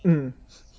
mm